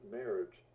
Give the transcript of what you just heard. marriage